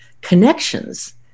connections